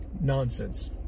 nonsense